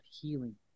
healing